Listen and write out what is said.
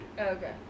Okay